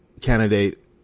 candidate